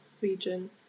region